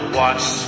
watch